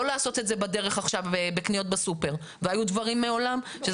לא לעשות את זה בדרך לקניות בסופרמרקט והיו דברים מעולם.